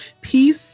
Peace